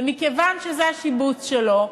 מכיוון שזה השיבוץ שלו,